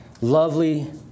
Lovely